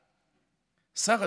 השר,